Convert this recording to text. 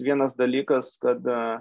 vienas dalykas kada